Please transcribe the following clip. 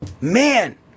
Man